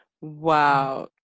Wow